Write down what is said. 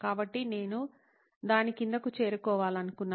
కాబట్టి నేను దాని కిందకు చేరుకోవాలనుకున్నాను